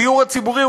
הדיור הציבורי,